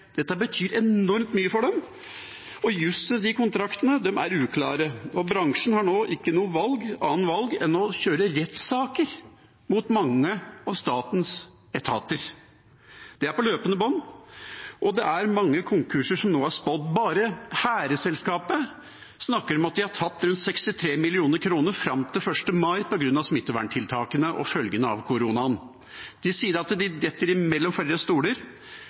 betyr enormt mye for dem. Og jussen i kontraktene er uklare. Bransjen har nå ikke noe annet valg enn å kjøre rettssaker mot mange av statens etater. Det skjer på løpende bånd. Mange konkurser er spådd. Bare Hæhre-selskapet snakker om at de har tapt ca. 63 mill. kr fram til 1. mai på grunn av smitteverntiltakene og følgene av koronaen. De sier at de faller mellom flere stoler,